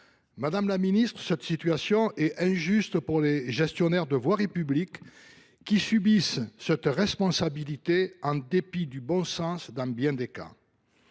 de leurs moyens. Cette situation est injuste pour les gestionnaires de voirie publique, qui subissent cette responsabilité, en dépit du bon sens dans bien des cas.